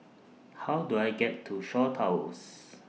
How Do I get to Shaw Towers